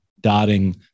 dotting